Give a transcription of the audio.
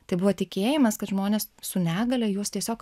tai buvo tikėjimas kad žmonės su negalia juos tiesiog